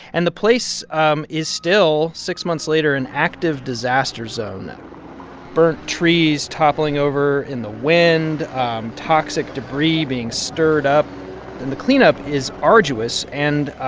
and the place um is still, six months later, an active disaster zone burnt trees toppling over in the toxic debris being stirred up. and the cleanup is arduous. and